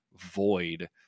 void